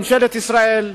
על-ידי ממשלת ישראל.